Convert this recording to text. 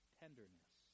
tenderness